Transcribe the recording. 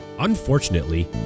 Unfortunately